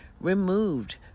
removed